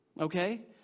Okay